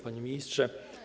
Panie Ministrze!